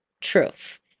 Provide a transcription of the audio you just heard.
truth